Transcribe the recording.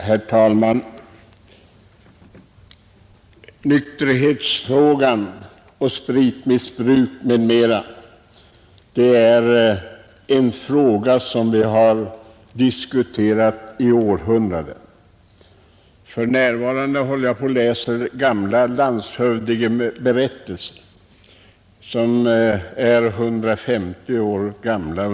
Herr talman! Frågorna om nykterhetstillståndet, spritmissbruket osv. tillhör dem som har diskuterats i århundraden. Jag håller för närvarande på att läsa en del landshövdingeberättelser, som är ungefär 150 år gamla.